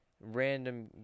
random